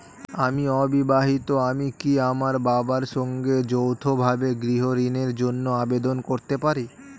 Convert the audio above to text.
আমি অবিবাহিতা আমি কি আমার বাবার সঙ্গে যৌথভাবে গৃহ ঋণের জন্য আবেদন করতে পারি?